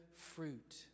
fruit